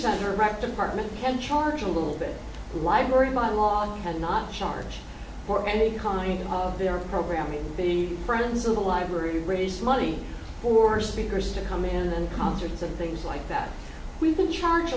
center erect apartment can charge a little bit library my laws and not charge for any kind of their programming be friends in the library raise money for speakers to come in and concerts and things like that we can charge